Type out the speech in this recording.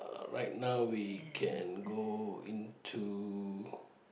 right now we can go into